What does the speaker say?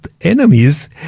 enemies